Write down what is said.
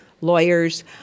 lawyers